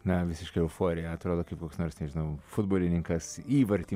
na visiškai euforija atrodo kaip koks nors nežinau futbolininkas įvartį